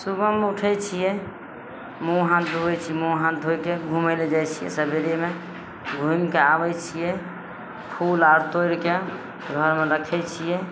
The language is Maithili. सुबहमे उठय छियै मुँह हाथ धोइ छियै मुँह हाँथ धोइके घुमय लए जाइ छियै सवेरेमे घुमि कए आबय छियै फूल आर तोड़ि कए घरमे रखय छियै